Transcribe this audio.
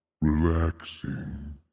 relaxing